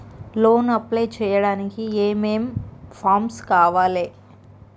Loan apply చేయడానికి ఏం ఏం ఫామ్స్ కావాలే?